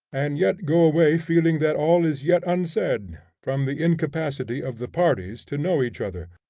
and yet go away feeling that all is yet unsaid, from the incapacity of the parties to know each other,